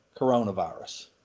coronavirus